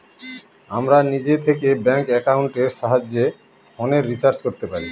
আমরা নিজে থেকে ব্যাঙ্ক একাউন্টের সাহায্যে ফোনের রিচার্জ করতে পারি